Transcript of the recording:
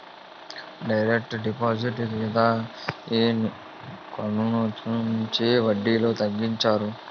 direct deposit మీద ఈ కరోనొచ్చినుంచి వడ్డీలు తగ్గించారు